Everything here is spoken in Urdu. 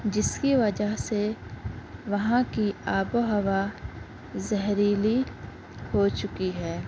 جس کی وجہ سے وہاں کی آب و ہوا زہریلی ہو چکی ہے